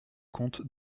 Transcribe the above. compte